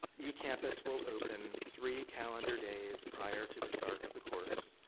ecampus will open three calendar days prior to the start of the course.